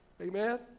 Amen